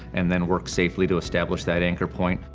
and then work safely to establish that anchor point.